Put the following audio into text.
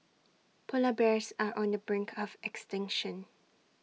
Polar Bears are on the brink of extinction